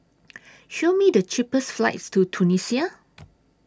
Show Me The cheapest flights to Tunisia